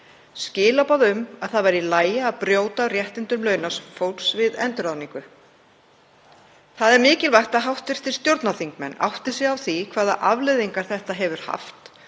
skilaboð um að það væri í lagi að brjóta á réttindum launafólks við endurráðningu. Það er mikilvægt að hv. stjórnarþingmenn átti sig á því hvaða afleiðingar þetta hefur haft.